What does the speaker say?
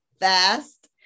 fast